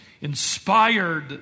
inspired